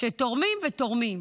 שתורמים ותורמים.